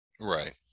Right